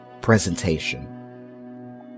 presentation